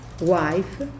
wife